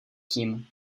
tím